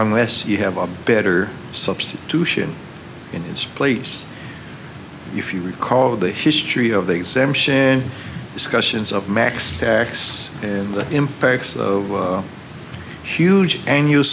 unless you have a better substitution in its place if you recall the history of the exemption discussions of max tax and the impacts of huge annual